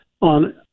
on